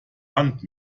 hand